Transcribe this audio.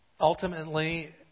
Ultimately